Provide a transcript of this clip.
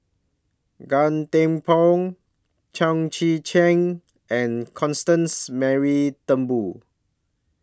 Gan Thiam Poh Chao Tzee Cheng and Constance Mary Turnbull